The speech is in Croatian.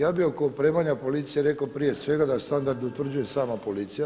Ja bih oko opremanja policije rekao prije svega da standard utvrđuje sama policija.